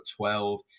12